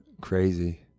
Crazy